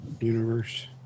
universe